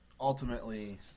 ultimately